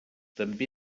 també